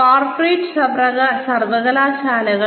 corporate സർവകലാശാലകൾ